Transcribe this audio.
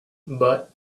but